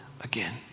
again